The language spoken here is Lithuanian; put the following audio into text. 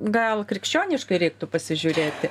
gal krikščioniškai reiktų pasižiūrėti